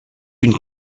une